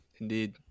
Indeed